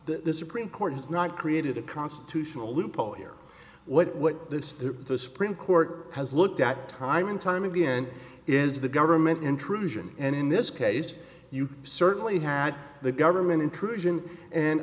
the supreme court has not created a constitutional loophole here what the supreme court has looked at time and time again is the government intrusion and in this case you certainly had the government intrusion and